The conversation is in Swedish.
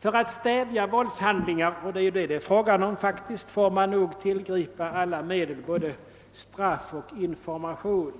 För att stävja våldshandlingar — och det är ju det som frågan gäller får man nog tillgripa alla medel, både straff och information.